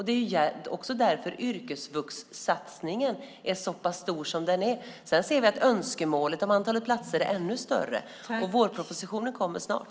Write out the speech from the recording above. Det är också därför yrkesvuxsatsningen är så pass stor som den är. Sedan ser vi att önskemålet är ännu fler platser. Vårpropositionen kommer snart.